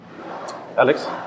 Alex